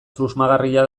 susmagarria